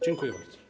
Dziękuję bardzo.